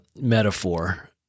metaphor